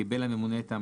קיבל הממונה את ההמלצות,